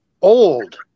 old